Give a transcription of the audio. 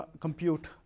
compute